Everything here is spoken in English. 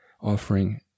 offering